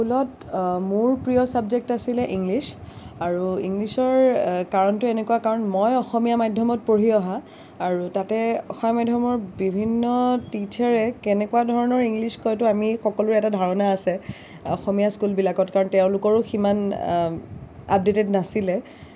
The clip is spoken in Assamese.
স্কুলত মোৰ প্ৰিয় চাব্জেক্ট আছিলে ইংলিছ আৰু ইংলিছৰ কাৰণটো এনেকুৱা কাৰণ মই অসমীয়া মাধ্যমত পঢ়ি অহা আৰু তাতে অসমীয়া মাধ্যমৰ বিভিন্ন টিচাৰে কেনেকুৱা ধৰণৰ ইংলিছ কয়তো আমি সকলোৰে এটা ধাৰণা আছে অসমীয়া স্কুলবিলাকত কাৰণ তেওঁলোকৰো সিমান আপডেটেড নাছিলে